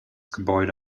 gebäude